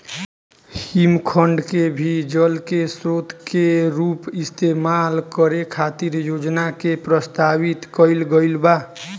हिमखंड के भी जल के स्रोत के रूप इस्तेमाल करे खातिर योजना के प्रस्तावित कईल गईल बा